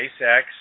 SpaceX